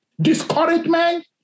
discouragement